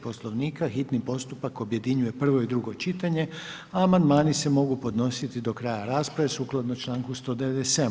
Poslovnika hitni postupak objedinjuje prvo i drugo čitanje a amandmani se mogu podnositi do kraja rasprave sukladno članku 197.